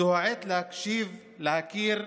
זו העת להקשיב, להכיר,